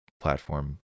platform